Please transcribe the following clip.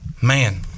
Man